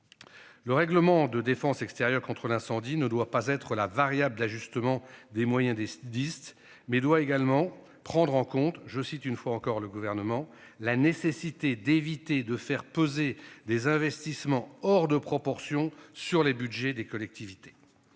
Le règlement de défense extérieure contre l'incendie ne doit pas être la variable d'ajustement des moyens des SDIS mais doit également prendre en compte, je cite, une fois encore, le gouvernement la nécessité d'éviter de faire peser des investissements hors de proportion sur les Budgets des collectivités.